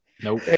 nope